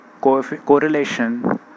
correlation